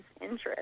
interest